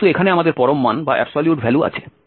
কিন্তু এখানে আমাদের পরম মান আছে